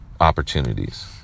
opportunities